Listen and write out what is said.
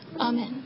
Amen